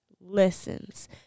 listens